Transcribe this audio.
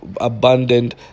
abundant